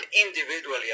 individually